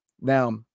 Now